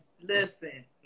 listen